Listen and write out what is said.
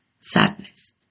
sadness